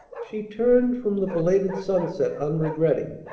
she turned from the belated sunset unregretting,